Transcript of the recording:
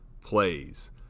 plays